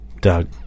Doug